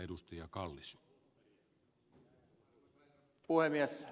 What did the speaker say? arvoisa herra puhemies